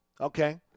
okay